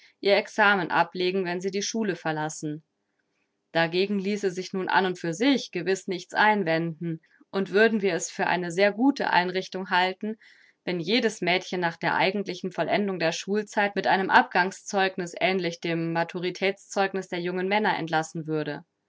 ihr examen ablegen wenn sie die schule verlassen dagegen ließe sich nun an und für sich gewiß nichts einwenden und würden wir es für eine sehr gute einrichtung halten wenn jedes mädchen nach der eigentlichen vollendung der schulzeit mit einem abgangszeugniß ähnlich dem maturitätszeugniß der jungen männer entlassen würde